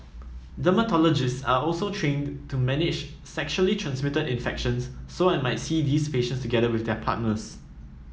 dermatologists are also trained to manage sexually transmitted infections so I might see these patients together with their partners